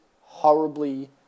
horribly